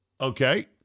okay